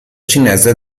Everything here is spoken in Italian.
cinese